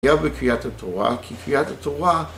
חייב בקריאת התורה, כי קריאת התורה